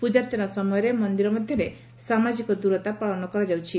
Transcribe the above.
ପୂଙାର୍ଚ୍ଚନା ସମୟରେ ମନ୍ଦିର ମଧ୍ଧରେ ସାମାଜିକ ଦିରତା ପାଳନ କରାଯାଉଛି